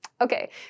Okay